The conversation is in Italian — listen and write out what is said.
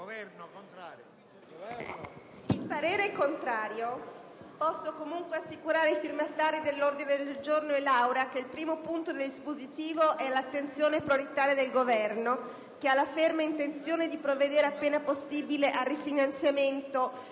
il parere è contrario. Posso comunque assicurare i firmatari dell'ordine del giorno e l'Aula che il primo punto del dispositivo è all'attenzione prioritaria del Governo, il quale ha la ferma intenzione di provvedere, appena possibile, al rifinanziamento